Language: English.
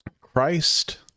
Christ